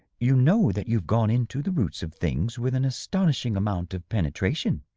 you know that you've gone into the roots of things with an astonishing amount of penetration.